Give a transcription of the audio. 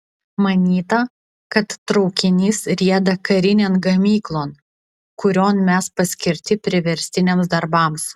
manyta kad traukinys rieda karinėn gamyklon kurion mes paskirti priverstiniams darbams